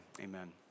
amen